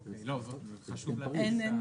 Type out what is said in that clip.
אוקיי, חשוב להבין.